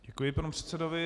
Děkuji panu předsedovi.